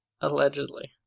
Allegedly